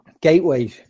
gateway